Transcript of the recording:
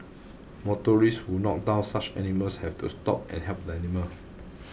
motorists who knocked down such animals have to stop and help animal